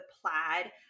plaid